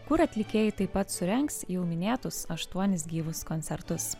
kur atlikėjai taip pat surengs jau minėtus aštuonis gyvus koncertus